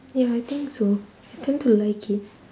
ya I think so I tend to like it